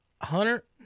Hunter